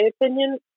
opinion